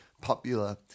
popular